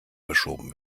verschoben